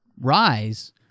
rise